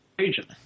agent